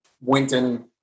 Winton